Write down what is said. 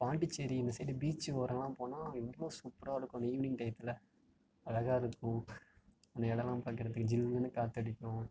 பாண்டிச்சேரி இந்த side beach ஓரம்லாம் போனா எவ்வளோ சூப்பரா இருக்கும் அந்த ஈவ்னிங் டையத்தில் அழகாக இருக்கும் அந்த இடம்லாம் பார்க்குறதுக்கு ஜில்லுன்னு காற்றடிக்கும்